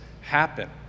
happen